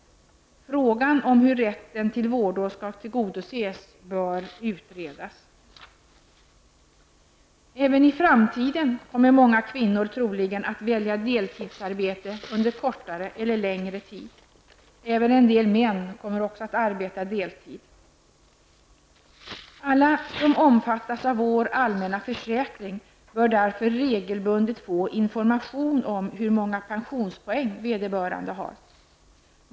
Frågan om hur rätten till vårdår skall tillgodoses bör utredas. Även i framtiden kommer många kvinnor troligen att välja deltidsarbete under kortare eller längre tid. Även en del män kommer att arbeta deltid. Alla som omfattas av vår allmänna försäkring bör därför regelbundet få information om hur många pensionspoäng vederbörande har.